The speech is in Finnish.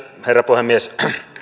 herra puhemies